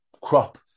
crop